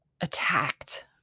attacked